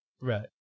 right